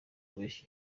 abeshya